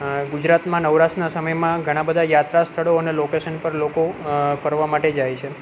ગુજરાતમાં નવરાશના સમયમાં ઘણાં બધાં યાત્રા સ્થળો અને લોકોશન પર લોકો ફરવા માટે જાય છે